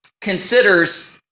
considers